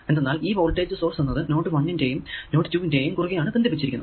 എന്തെന്നാൽ ഈ voltage source എന്നത് നോഡ് 1 ന്റെയും നോഡ് 2 ന്റെയും കുറുകെ ആണ് ബന്ധിപ്പിച്ചിരിക്കുന്നത്